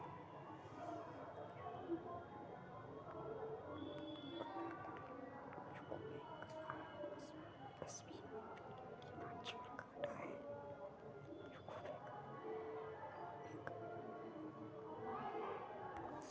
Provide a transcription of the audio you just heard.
हमरा लग UCO bank आऽ एस.बी.आई बैंक के वर्चुअल कार्ड हइ